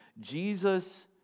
Jesus